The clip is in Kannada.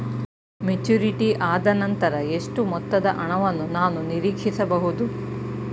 ಮೆಚುರಿಟಿ ಆದನಂತರ ಎಷ್ಟು ಮೊತ್ತದ ಹಣವನ್ನು ನಾನು ನೀರೀಕ್ಷಿಸ ಬಹುದು?